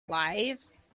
lives